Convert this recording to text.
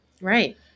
right